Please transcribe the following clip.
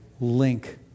link